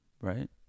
right